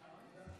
אדוני